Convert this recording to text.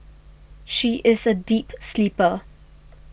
she is a deep sleeper